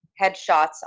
headshots